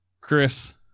Chris